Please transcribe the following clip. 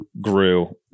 grew